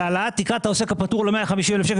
העלאת תקרת העוסק הפטור ל-150,000 ₪,